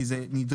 כי זה נדרש,